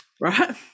Right